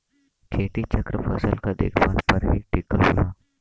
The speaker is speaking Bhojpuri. खेती चक्र फसल क देखभाल पर ही टिकल होला